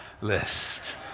list